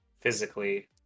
physically